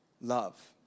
love